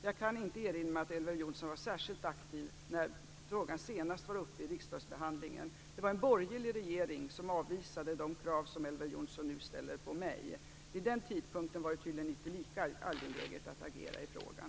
Jag kan inte erinra mig att Elver Jonsson var särskilt aktiv när frågan senast var uppe i riksdagsbehandlingen. Det var en borgerlig regering som avvisade de krav som Elver Jonsson nu ställer på mig. Vid den tidpunkten var det tydligen inte angeläget att agera i frågan.